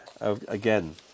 again